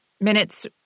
minutes